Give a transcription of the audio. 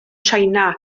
china